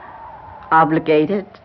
obligated